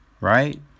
right